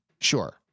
Sure